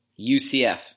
UCF